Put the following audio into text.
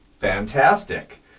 Fantastic